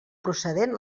procedent